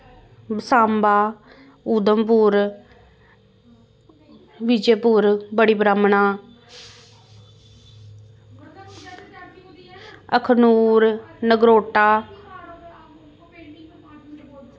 Samba Udhampur Vijaypur Bari Brahmana Akhnoor Nagrota